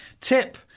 Tip